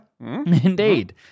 Indeed